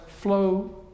flow